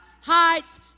Heights